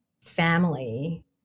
family